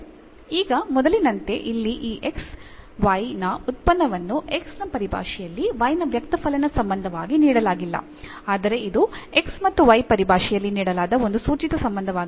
ಈಗ ಮೊದಲಿನಂತೆ ಇಲ್ಲಿ ಈ x y ನ ಉತ್ಪನ್ನವನ್ನು x ನ ಪರಿಭಾಷೆಯಲ್ಲಿ y ನ ವ್ಯಕ್ತಫಲನ ಸಂಬಂಧವಾಗಿ ನೀಡಲಾಗಿಲ್ಲ ಆದರೆ ಇದು x ಮತ್ತು y ಪರಿಭಾಷೆಯಲ್ಲಿ ನೀಡಲಾದ ಒಂದು ಸೂಚಿತ ಸಂಬಂಧವಾಗಿದೆ